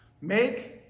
Make